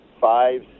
five